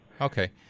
okay